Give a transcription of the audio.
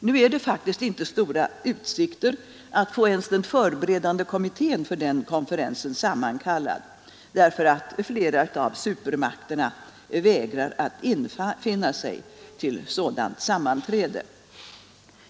Nu är det faktiskt inte stora utsikter att få ens den förberedande kommittén för den konferensen sammankallad, därför att flera av supermakterna vägrar att infinna sig till ett sådant sammanträde.